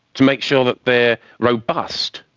to make sure that they are robust.